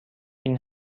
این